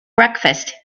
breakfast